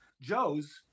Joe's